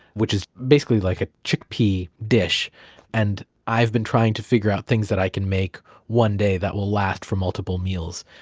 which is basically just like a chickpea dish and i've been trying to figure out things that i can make one day that will last for multiple meals,